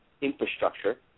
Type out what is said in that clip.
infrastructure